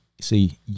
see